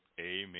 Amen